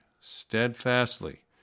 steadfastly